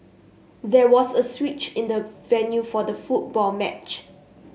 there was a switch in the venue for the football match